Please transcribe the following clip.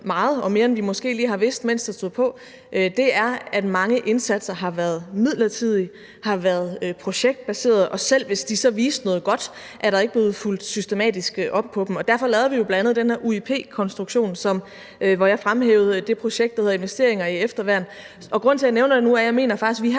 meget – og mere, end vi måske lige har vidst, mens det stod på – er, at mange indsatser har været midlertidige og projektbaserede, og selv hvis de så viste noget godt, er der ikke blevet fulgt systematisk op på dem. Og derfor lavede vi bl.a. den her UIP-konstruktion, hvor jeg fremhævede det projekt, der hedder »Investering i efterværn«. Grunden til, at jeg nævner det nu, er, at jeg faktisk mener, at vi her